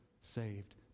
saved